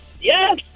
Yes